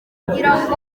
kugirango